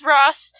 Ross